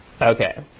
Okay